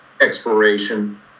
exploration